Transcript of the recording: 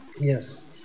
Yes